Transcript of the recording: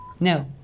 No